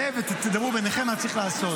ותדברו ביניכם מה צריך לעשות.